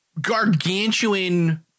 gargantuan